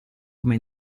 come